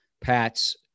Pat's